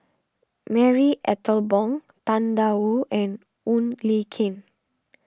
Marie Ethel Bong Tang Da Wu and Wong Lin Ken